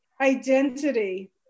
identity